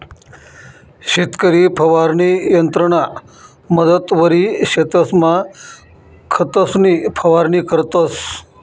शेतकरी फवारणी यंत्रना मदतवरी शेतसमा खतंसनी फवारणी करतंस